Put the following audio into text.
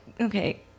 okay